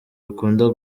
bikunda